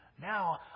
Now